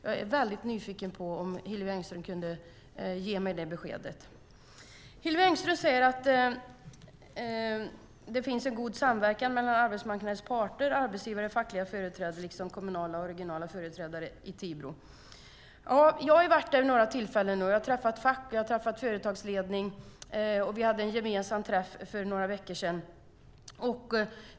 Jag är väldigt nyfiken på om Hillevi Engström kan ge mig det beskedet. Hillevi Engström säger att det finns en god samverkan mellan arbetsmarknadens parter, arbetsgivare, fackliga företrädare liksom kommunala och regionala företrädare i Tibro. Jag har varit där vid några tillfällen och träffat fack och företagsledning, och vi hade en gemensam träff för några veckor sedan.